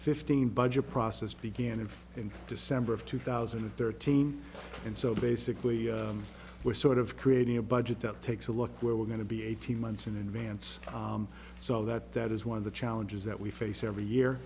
fifteen budget process began in december of two thousand and thirteen and so basically we're sort of creating a budget that takes a look at where we're going to be eighteen months in advance so that that is one of the challenges that we face every year